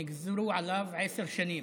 נגזרו עליו עשר שנים,